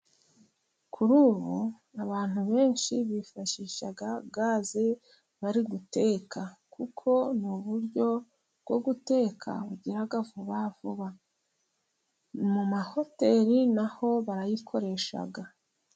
Kuri ubu abantu benshi bifashisha gaze bari guteka. Kuko ni uburyo bwo guteka bugira vuba vuba. Mu mahoteri naho barayikoresha.